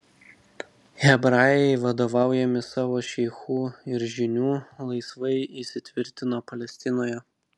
hebrajai vadovaujami savo šeichų ir žynių laisvai įsitvirtino palestinoje